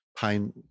pain